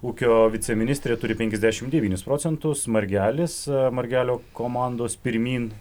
ūkio viceministrė turi penkiasdešimt devynis procentus smargelis margelio komandos pirmyn